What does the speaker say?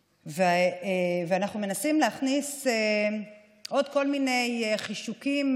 ואנחנו מנסים להכניס עוד כל מיני חישוקים